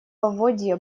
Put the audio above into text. поводья